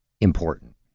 important